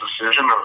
decision